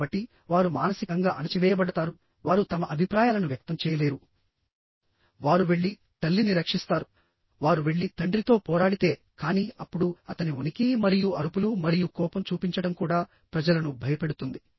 కాబట్టి వారు మానసికంగా అణచివేయబడతారు వారు తమ అభిప్రాయాలను వ్యక్తం చేయలేరువారు వెళ్లి తల్లిని రక్షిస్తారు వారు వెళ్లి తండ్రితో పోరాడితే కానీ అప్పుడు అతని ఉనికి మరియు అరుపులు మరియు కోపం చూపించడం కూడా ప్రజలను భయపెడుతుంది